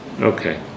Okay